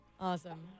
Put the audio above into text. Awesome